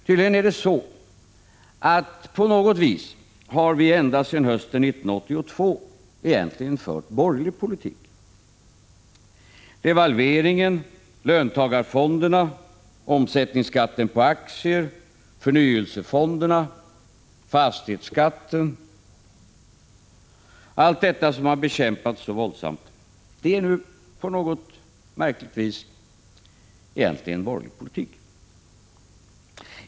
Tydligen är det så, att på något vis har vi ända sedan hösten 1982 egentligen fört borgerlig politik. Devalveringen, löntagarfonderna, omsättningsskatten på aktier, förnyelsefonderna, fastighetsskatten — allt detta som man har bekämpat så våldsamt är nu på något märkligt vis egentligen borgerlig politik.